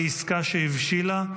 בעסקה שהבשילה,